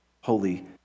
Holy